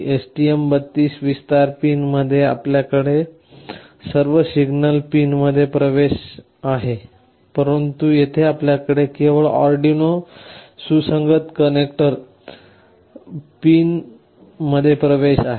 STM32 विस्तार pin मध्ये आपल्याकडे सर्व सिग्नल पिनमध्ये प्रवेश आहे परंतु येथे आपल्याकडे केवळ अर्डिनो Arduino सुसंगत कनेक्टर पिन मध्ये प्रवेश आहे